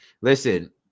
Listen